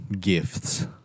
Gifts